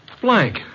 Blank